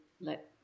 let